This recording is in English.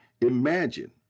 imagine